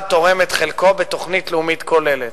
תורם את חלקו בתוכנית לאומית כוללת.